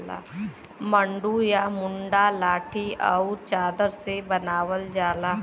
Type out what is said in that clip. मड्डू या मड्डा लाठी आउर चादर से बनावल जाला